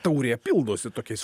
taurė pildosi tokiais